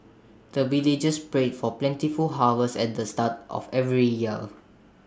the villagers pray for plentiful harvest at the start of every year